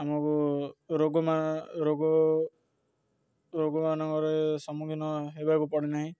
ଆମକୁ ରୋଗ ରୋଗ ରୋଗମାନଙ୍କରେ ସମ୍ମୁଖୀନ ହେବାକୁ ପଡ଼େ ନାହିଁ